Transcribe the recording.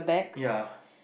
yeah